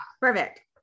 Perfect